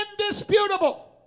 indisputable